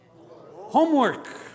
homework